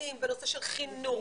ונפלאים בנושא של חינוך,